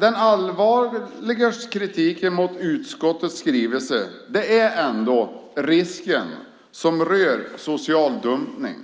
Den allvarligaste kritiken mot utskottets skrivning gäller ändå risken rörande social dumpning.